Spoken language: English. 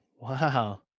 Wow